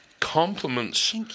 compliments